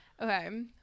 Okay